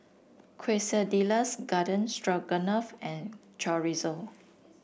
Quesadillas Garden Stroganoff and Chorizo